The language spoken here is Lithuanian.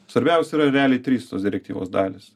svarbiausia yra realiai trys tos direktyvos dalys